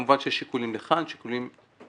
כמובן שיש שיקולים לכאן, שיקולים לכאן.